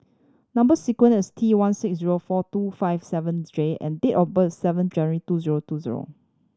number sequence is T one six zero four two five seven J and date of birth seven January two zero two zero